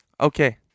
Okay